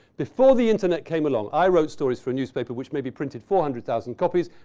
before the internet came along, i wrote stories for a newspaper which maybe printed four hundred thousand copies.